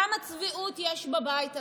כמה צביעות יש בבית הזה?